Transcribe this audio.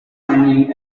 mining